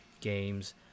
games